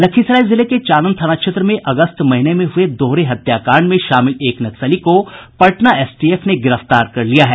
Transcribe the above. लखीसराय जिले के चानन थाना क्षेत्र में अगस्त महीने में हये दोहरे हत्याकांड में शामिल एक नक्सली को पटना एसटीएफ ने गिरफ्तार कर लिया है